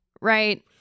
right